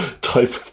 type